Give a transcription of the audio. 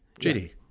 jd